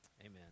Amen